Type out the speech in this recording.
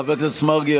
חבר הכנסת מרגי,